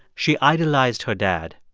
she idolized her dad.